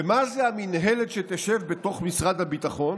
ומה זה המינהלת שתשב בתוך משרד הביטחון?